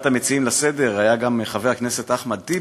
המציעים לסדר היה גם חבר הכנסת אחמד טיבי,